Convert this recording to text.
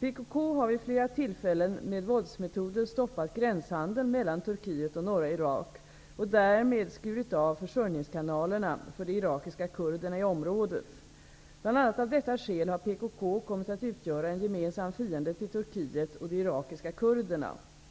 PKK har vid flera tillfällen med våldsmetoder stoppat gränshandeln mellan Turkiet och norra Irak och därmed skurit av försörjningskanalerna för de irakiska kurderna i området. Bl.a. av detta skäl har PKK kommit att utgöra en gemensam fiende till Turkiet och de irakiska kurderna.